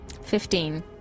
Fifteen